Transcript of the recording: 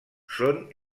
són